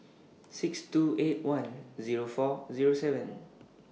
six two eight one Zero four Zero seven